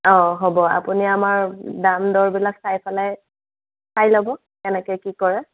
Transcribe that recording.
অ হ'ব আপুনি আমাৰ দাম দৰবিলাক চাই পেলাই চাই ল'ব কেনেকৈ কি কৰে